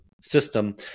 system